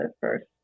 first